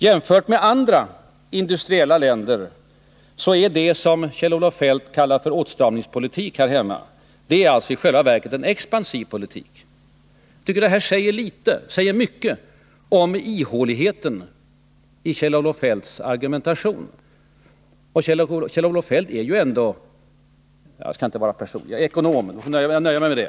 Jämfört med andra industriländer är det som Kjell-Olof Feldt kallar för åtstramningspolitik här hemma i själva verket en expansiv politik. Jag tycker att det här säger mycket om ihåligheten i Kjell-Olof Feldts argumentation. Kjell-Olof Feldt är ju ändå ekonom — jag nöjer mig att säga det.